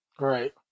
right